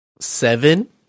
seven